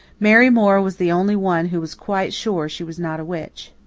mary moore was the only one who was quite sure she was not a witch.